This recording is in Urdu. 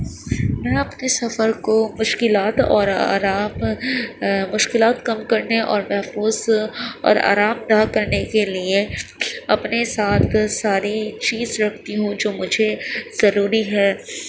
میں اپنے سفر کو مشکلات اور آرام مشکلات کم کرنے اور محفوظ اور آرام دہ کرنے کے لیے اپنے ساتھ ساری چیز رکھتی ہوں جو مجھے ضروری ہے